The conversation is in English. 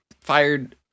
fired